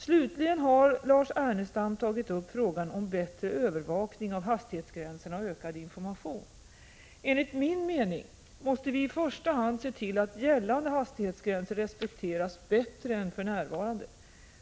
Slutligen har Lars Ernestam tagit upp frågan om bättre övervakning av hastighetsgränserna och ökad information. Enligt min mening måste vi i första hand se till att gällande hastighetsgränser respekteras bättre än för närvarande.